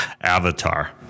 avatar